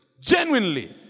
Genuinely